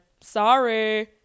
sorry